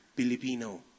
Filipino